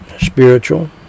spiritual